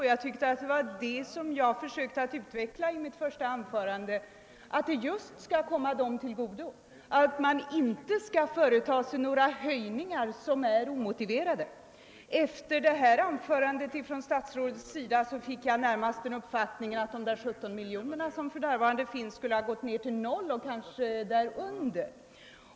Det var just den tanken jag försökte utveckla i mitt första anförande: pengarna skall komma läkemedelskonsumenterna till godo, och man skall därför inte företa några omotiverade taxehöjningar. Av statsrådets senaste inlägg fick jag närmast uppfattningen att de 17 miljoner kronor som funnits i fonden skulle ha minskat till 0 och kanske därunder.